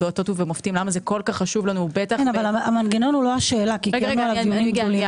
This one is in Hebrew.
אבל המנגנון הוא לא השאלה כי קיימנו עליו דיונים רבים,